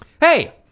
Hey